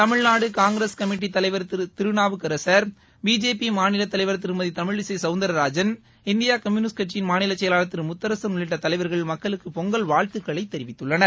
Tamil Nadu Congress committee தலைவர் Thiru Thirunavukkarasar BJP மாநில தலைவர் திருமதி தமிழிசை சவுந்திரராஜன் இந்திய கம்யூனிஸ்ட் கட்சியின் மாநில செயலாளர் திரு முத்தரசன் உள்ளிட்ட தலைவர்கள் மக்களுக்கு பொங்கல் வாழ்த்துகளைத் தெரிவித்துள்ளனர்